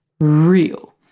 real